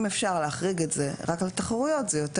אם אפשר להחריג את זה רק לתחרויות זה יותר